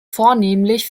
vornehmlich